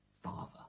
father